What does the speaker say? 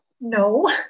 No